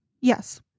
Yes